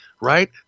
Right